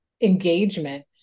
engagement